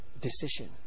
decision